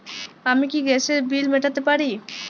আমি কি গ্যাসের বিল মেটাতে পারি?